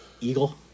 Eagle